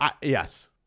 yes